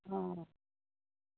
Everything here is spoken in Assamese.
অ